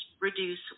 reduce